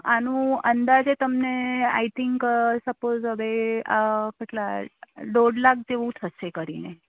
આનું અંદાજે તમને આઈ થિંક સપોસ હવે કેટલાં દોઢ લાખ જેવું થશે કરીને